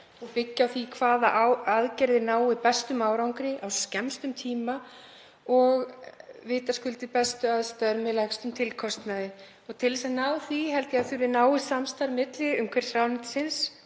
og byggja á því hvaða aðgerðir ná bestum árangri á skemmstum tíma og vitaskuld við bestu aðstæður með lægstum tilkostnaði. Til þess að ná því held ég að þurfi náið samstarf milli umhverfisráðuneytisins